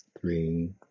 three